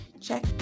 check